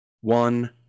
one